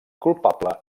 culpable